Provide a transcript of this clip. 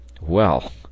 Well